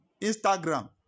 Instagram